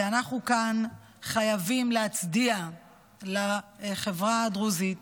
ואנחנו כאן חייבים להצדיע לחברה הדרוזית.